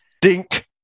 dink